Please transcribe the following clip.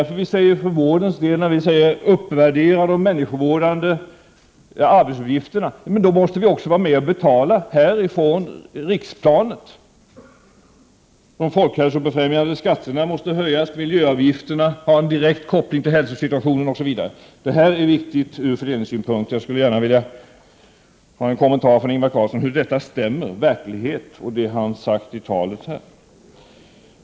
För vårdens del säger vi: Uppvärdera de människovårdande arbetsuppgifterna! Då måste vi också vara med och betala från riksplanet. De folkhälsobefrämjande skatterna måste höjas. Miljöavgifterna har en direkt koppling till hälsosituationen osv. Detta är viktigt ur fördelningssynpunkt, och jag skulle gärna vilja ha en kommentar från Ingvar Carlsson beträffande hur denna verklighet stämmer med vad han har sagt i talet i dag.